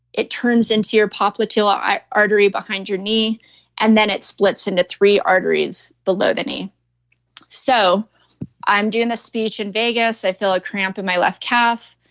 it turns into your popliteal artery behind your knee and then it splits into three arteries below the knee so i'm doing a speech in vegas, i feel a cramp in my left calf.